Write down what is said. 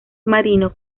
marino